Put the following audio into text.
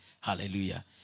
Hallelujah